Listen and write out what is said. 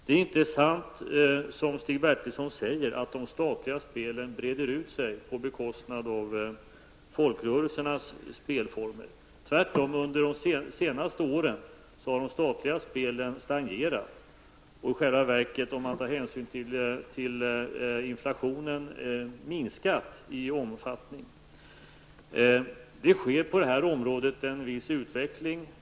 Det är inte sant, som Stig Bertilsson säger, att de statliga spelen breder ut sig på bekostnad av folkrörelsernas spel. Under de senaste åren har tvärtom de statliga spelen stagnerat. Om man tar hänsyn till inflationen har de i själva verket minskat i omfattning. Det sker på detta område en viss utveckling.